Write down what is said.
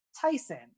Tyson